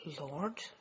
Lord